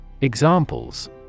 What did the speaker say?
Examples